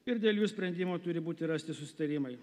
ir dėl jų sprendimo turi būti rasti susitarimai